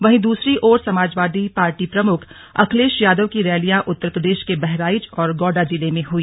वहीं दूसरी ओर समाजवादी पार्टी प्रमुख अखिलेश यादव की रैलियां उ तार प्र देश के बहराइच और गोंडा जिले में हुई